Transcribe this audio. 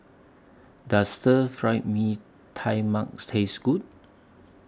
Does Stir Fry Mee Tai Mak Taste Good